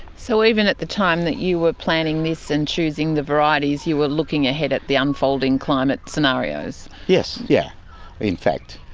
so even at the time that you were planning this and choosing the varieties, you were looking ahead at the unfolding climate scenarios? yes. yeah in fact